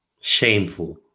shameful